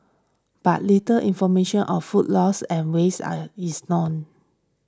but little information or food loss and waste are is known